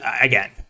again